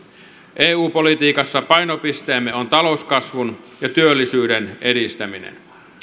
eu politiikassa painopisteemme on talouskasvun ja työllisyyden edistäminen